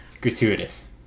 gratuitous